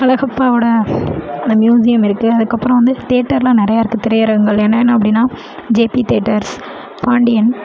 அழகப்பாவோட அந்த மியூசியம் இருக்கு அதுக்கப்பறம் வந்து தேட்டர்லாம் நிறையா இருக்கு திரையரங்குகள் என்னன்னா அப்படின்னா ஜே பி தேட்டர்ஸ் பாண்டியன்